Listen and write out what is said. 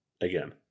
again